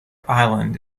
island